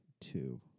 two